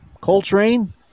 Coltrane